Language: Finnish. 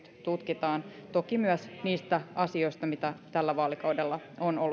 tutkitaan toki myös niistä asioista mitä tällä vaalikaudella on